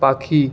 পাখি